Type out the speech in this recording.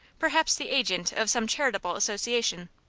perhaps the agent of some charitable association.